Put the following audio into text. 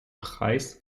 preis